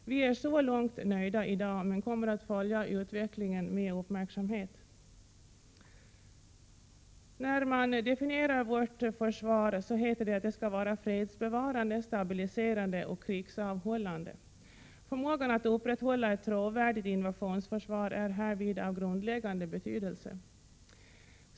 Vi är så långt nöjda i dag men kommer att följa utvecklingen med uppmärksamhet. När man definierar vårt försvar heter det att det skall vara fredsbevarande, stabiliserande och krigsavhållande. Förmågan att upprätthålla ett trovärdigt invasionsförsvar är härvid av grundläggande betydelse.